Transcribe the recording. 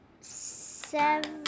seven